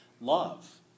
love